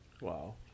Wow